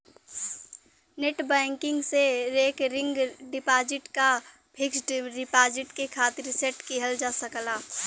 net banking से recurring deposit क fixed deposit के खातिर सेट किहल जा सकला